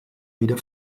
wieder